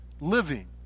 living